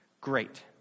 great